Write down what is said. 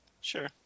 sure